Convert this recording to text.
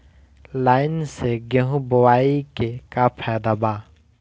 Line से गेहूं बोआई के का फायदा बा?